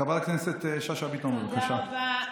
חברת הכנסת שאשא ביטון, בבקשה.